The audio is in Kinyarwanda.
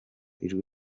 ijwi